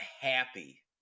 happy